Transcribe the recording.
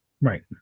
Right